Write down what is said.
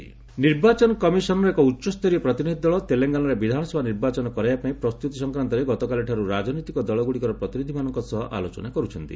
EC Telangana ନିର୍ବାଚନ commission ର ଏକ ଉଚ୍ଚସ୍ତରୀୟ ପ୍ରତିନିଧି ଦଳ ତେଲେଙ୍ଗାନାରେ ବିଧାନସଭା ନିର୍ବାଚନ କରାଇବା ପାଇଁ ପ୍ରସ୍ତୁତି ସଂକ୍ରାନ୍ତରେ ଗତକାଲି ଠାରୁ ରାଜନୈତିକ ଦଳଗୁନିକ ପ୍ରତିନିଧିମାନଙ୍କ ସହ ଆଲୋଚନା କରୁଛନ୍ତି